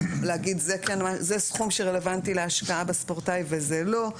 להגיד זה סכום שרלוונטי להשקעה בספורטאי וזה לא,